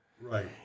Right